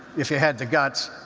if you had the guts.